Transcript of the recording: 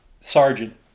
sergeant